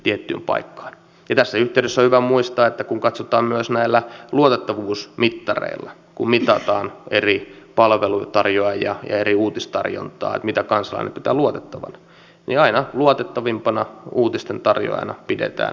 tässä yhteydessä on hyvä muistaa että kun katsotaan myös näillä luotettavuusmittareilla kun mitataan eri palveluntarjoajia ja eri uutistarjontaa että mitä kansalainen pitää luotettavana niin aina luotettavimpana uutisten tarjoajana pidetään yleä